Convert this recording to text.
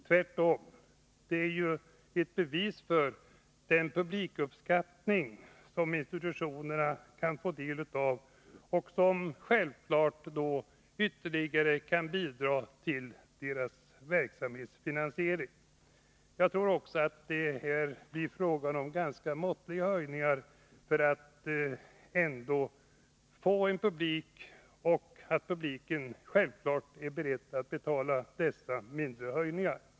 Tvärtom, det är ju ett bevis för den publikuppskattning som institutionerna kan få del av och som naturligtvis ytterligare kan bidra till verksamhetens finansiering. Jag tror också att det blir fråga om ganska måttliga höjningar och att publiken är beredd att betala dessa.